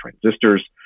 transistors